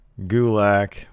Gulak